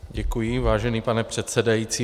Děkuji, vážený pane předsedající.